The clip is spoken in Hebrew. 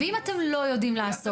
אם אתם לא יודעים לעשות,